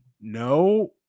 no